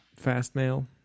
Fastmail